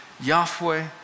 Yahweh